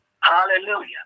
Hallelujah